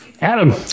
Adam